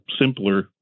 simpler